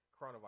coronavirus